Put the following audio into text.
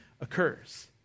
occurs